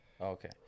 Okay